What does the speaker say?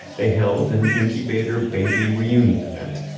they held an incubator baby reunion event.